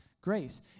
grace